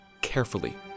carefully